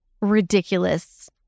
ridiculous